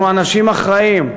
אנחנו אנשים אחראים.